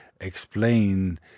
explain